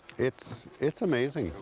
it's it's amazing.